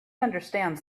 understands